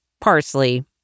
Parsley